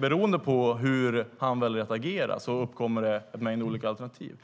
Beroende på hur han väljer att agera finns det tre olika alternativ.